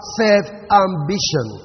self-ambition